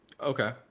Okay